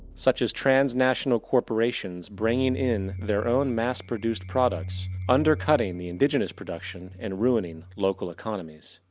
such as transnational corporations bringing in their own mass-produced products undercutting the indigenes production and ruining local economies.